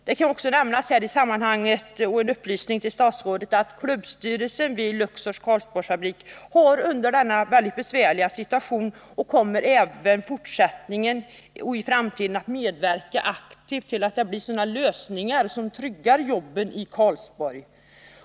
Det kan också nämnas i sammanhanget, och som en upplysning till statsrådet, att klubbstyrelsen vid Luxors Karlsborgsfabrik har i denna 111 besvärliga situation medverkat och kommer även i framtiden att medverka aktivt till att det blir lösningar som tryggar jobben i Karlsborg.